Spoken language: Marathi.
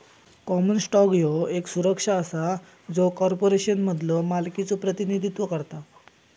कॉमन स्टॉक ह्यो येक सुरक्षा असा जो कॉर्पोरेशनमधलो मालकीचो प्रतिनिधित्व करता